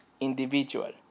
individual